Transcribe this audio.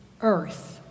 earth